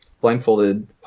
blindfolded